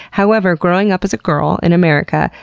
however, growing up as a girl in america,